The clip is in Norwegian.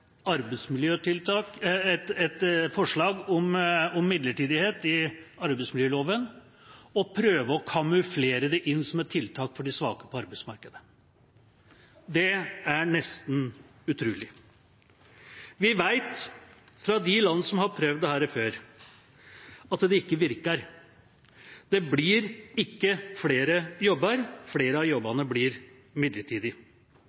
tar et forslag om midlertidighet inn i arbeidsmiljøloven og prøver å kamuflere det som et tiltak for de svake på arbeidsmarkedet. Det er nesten utrolig. Vi vet fra de land som har prøvd dette før, at det ikke virker. Det blir ikke flere jobber. Flere av jobbene blir midlertidige. Ja, det kan vises til noen eksempler på at folk som har en midlertidig